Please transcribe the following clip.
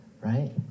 right